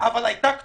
אבל הייתה כתובת,